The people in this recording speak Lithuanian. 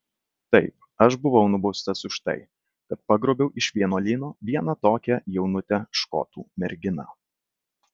taip aš buvau nubaustas už tai kad pagrobiau iš vienuolyno vieną tokią jaunutę škotų merginą